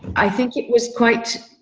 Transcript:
i think it was quite